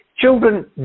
children